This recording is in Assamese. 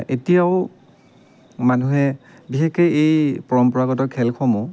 এতিয়াও মানুহে বিশেষকৈ এই পৰম্পৰাগত খেলসমূহ